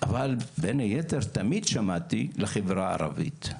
אבל בין היתר, תמיד שמעתי לחברה הערבית.